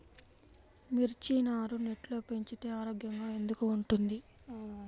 మిర్చి నారు నెట్లో పెంచితే ఆరోగ్యంగా ఎందుకు ఉంటుంది?